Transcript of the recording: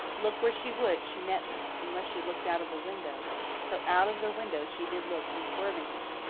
look where she would, she met them, unless she looked out of the window so out of the window she did look unswervingly,